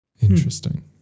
interesting